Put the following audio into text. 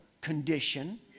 condition